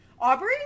Aubrey